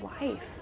life